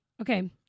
Okay